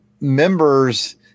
members